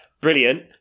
brilliant